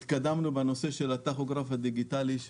התקדמנו בנושא הטכוגרף הדיגיטלי.